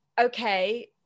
okay